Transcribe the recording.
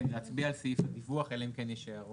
כן, להצביע על סעיף הדיווח, אלא אם כן יש הערות?